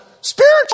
spiritual